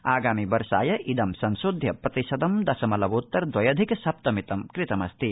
आगामि वर्षाय इदं संशोध्य प्रतिशतं दशमलवोत्तर द्वयधिक सप्तमितं कृतमस्ति